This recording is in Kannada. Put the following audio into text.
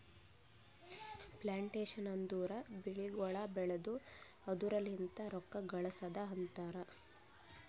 ಪ್ಲಾಂಟೇಶನ್ ಅಂದುರ್ ಬೆಳಿಗೊಳ್ ಬೆಳ್ದು ಅದುರ್ ಲಿಂತ್ ರೊಕ್ಕ ಗಳಸದ್ ಅಂತರ್